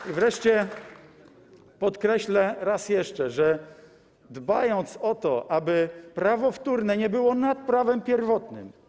I wreszcie podkreślę raz jeszcze, że dbając o to, aby prawo wtórne nie było nad prawem pierwotnym.